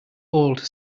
old